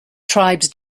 tribes